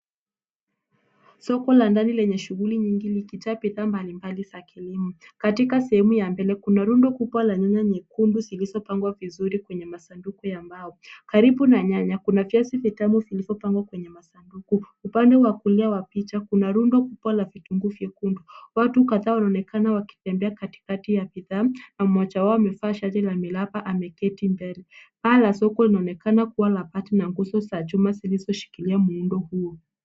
Soko la ndani lenye shughuli nyingi likijaa bidhaa mbalimbali za kilimo. Katika sehemu ya mbele kuna rundo kubwa la nyanya nyekundu zilizopangwa vizuri kwenye masanduku ya mbao. Karibu na nyanya kuna viazi vitamu vilivyopangwa kwenye masanduku. Upande wa kulia wa picha kuna rundo kubwa la vitunguu vyekundu. Watu kadhaa wanaonekana wakitembea katikati ya bidhaa na mmoja wao amevaa shati la miraba, ameketi mbele. Paa la soko linaonekana kuwa la bati na nguzo za chuma zilizoshikilia muundo huo.